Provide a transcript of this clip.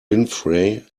winfrey